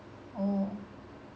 oh